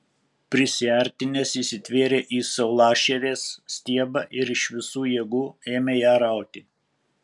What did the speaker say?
prisiartinęs įsitvėrė į saulašarės stiebą ir iš visų jėgų ėmė ją rauti